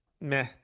meh